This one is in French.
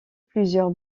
plusieurs